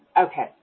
Okay